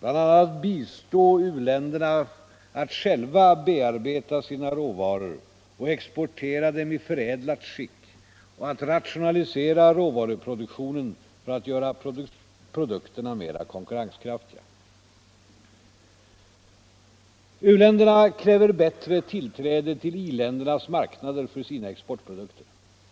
bl.a. att bistå u-länderna att själva bearbeta sina råvaror och exportera dem i förädlat skick och att rationalisera råvaruproduktionen för att göra produkterna mera konkurrenskraftiga. U-länderna kräver bättre tillträde till i-ländernas marknader för sina exportprodukter.